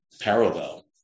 parallel